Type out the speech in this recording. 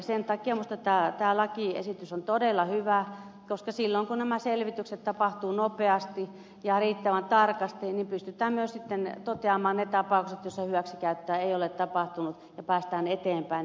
sen takia minusta tämä lakiesitys on todella hyvä koska silloin kun nämä selvitykset tapahtuvat nopeasti ja riittävän tarkasti pystytään myös toteamaan ne tapaukset joissa hyväksikäyttöä ei ole tapahtunut ja päästään eteenpäin